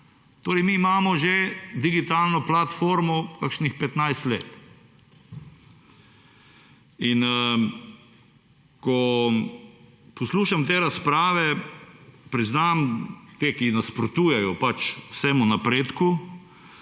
Torej mi imamo že digitalno platformo kakšnih 15 let. In ko poslušam te razprave priznam, te ki nasprotujejo pač vsemu napredku,